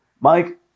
Mike